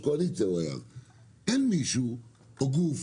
או גוף